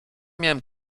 miałem